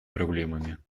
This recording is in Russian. проблемами